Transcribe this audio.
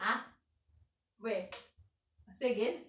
!huh! wait say again